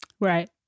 Right